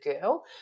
girl